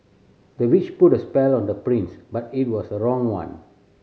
the witch put a spell on the prince but it was the wrong one